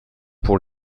pour